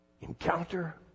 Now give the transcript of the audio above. encounter